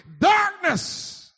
darkness